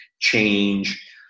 change